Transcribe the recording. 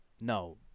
no